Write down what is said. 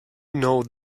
know